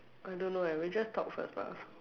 I don't know eh we just talk first lah